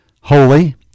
holy